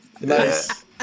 Nice